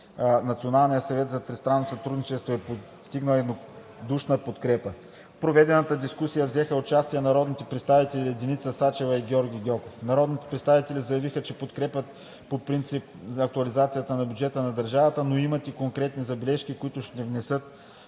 Националният съвет за тристранно сътрудничество е постигнал единодушна подкрепа. В проведената дискусия взеха участие народните представители Деница Сачева и Георги Гьоков. Народните представители заявиха, че подкрепят по принцип актуализацията на бюджета на държавата, но имат и конкретни забележки, които ще внесат